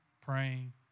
praying